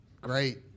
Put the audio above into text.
great